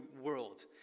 world